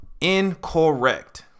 incorrect